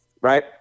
right